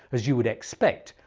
as you would expect,